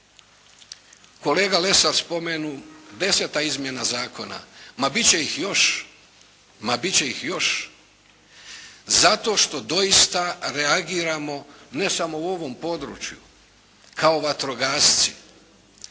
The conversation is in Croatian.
Kolega Lesar spomenu, deseta izmjena zakona, ma bit će ih još, ma bit će ih još. Zato što doista reagiramo ne samo u ovom području kao vatrogasci